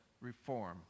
reform